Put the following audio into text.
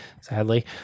sadly